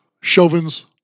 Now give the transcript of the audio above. Chauvin's